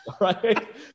Right